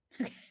Okay